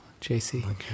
JC